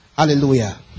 Hallelujah